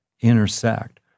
intersect